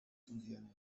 funciones